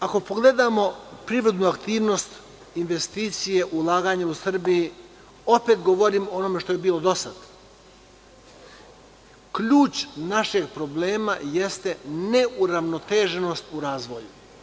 Ako pogledamo privrednu aktivnost investicije, ulaganja u Srbiju, opet govorim o onome što je bilo do sada, ključ našeg problema jeste neuravnoteženost u razvoju.